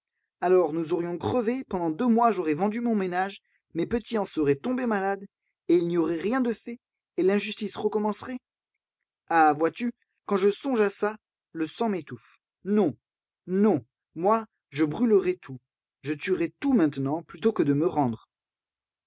alors nous aurions crevé pendant deux mois j'aurais vendu mon ménage mes petits en seraient tombés malades et il n'y aurait rien de fait et l'injustice recommencerait ah vois-tu quand je songe à ça le sang m'étouffe non non moi je brûlerais tout je tuerais tout maintenant plutôt que de me rendre